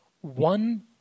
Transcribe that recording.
one